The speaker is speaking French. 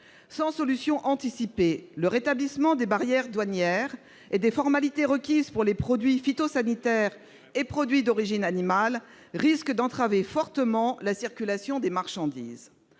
Sans solutions anticipées, le rétablissement des barrières douanières et des formalités requises pour le transit des produits phytosanitaires ou d'origine animale risque d'entraver fortement la circulation des marchandises.